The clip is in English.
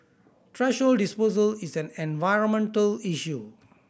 thrash disposal is an environmental issue